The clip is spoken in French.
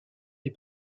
des